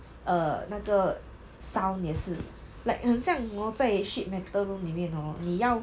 err 那个 sound 也是 like 很像 hor 在 sheet metal room 里面 hor 你要